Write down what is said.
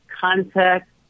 contact